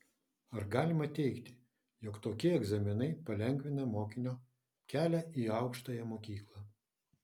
ar galima teigti jog tokie egzaminai palengvina mokinio kelią į aukštąją mokyklą